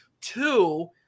Two